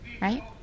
Right